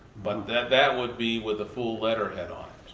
but that that would be with a full letterhead on